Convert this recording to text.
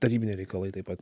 tarybiniai reikalai taip pat